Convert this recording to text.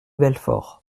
belfort